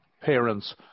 parents